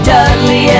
Dudley